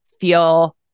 feel